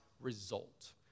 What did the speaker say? result